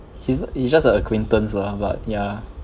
he's he just a acquaintance lah but ya